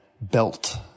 belt